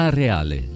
reale